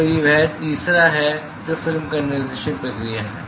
तो वह तीसरा है जो फिल्म कंडेनसेशन प्रक्रिया है